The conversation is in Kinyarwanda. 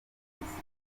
ndetse